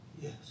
Yes